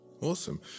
Awesome